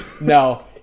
No